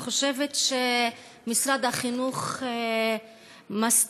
אני חושבת שמשרד החינוך מסתיר,